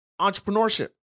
Entrepreneurship